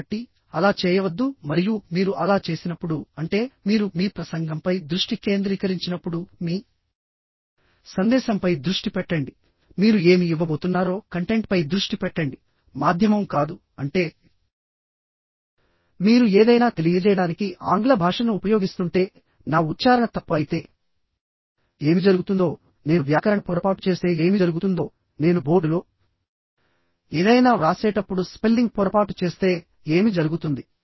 కాబట్టి అలా చేయవద్దు మరియు మీరు అలా చేసినప్పుడు అంటే మీరు మీ ప్రసంగంపై దృష్టి కేంద్రీకరించినప్పుడు మీ సందేశంపై దృష్టి పెట్టండిమీరు ఏమి ఇవ్వబోతున్నారోకంటెంట్పై దృష్టి పెట్టండి మాధ్యమం కాదుఅంటే మీరు ఏదైనా తెలియజేయడానికి ఆంగ్ల భాషను ఉపయోగిస్తుంటేనా ఉచ్ఛారణ తప్పు అయితే ఏమి జరుగుతుందోనేను వ్యాకరణ పొరపాటు చేస్తే ఏమి జరుగుతుందోనేను బోర్డులో ఏదైనా వ్రాసేటప్పుడు స్పెల్లింగ్ పొరపాటు చేస్తే ఏమి జరుగుతుంది